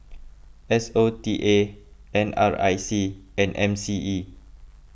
S O T A N R I C and M C E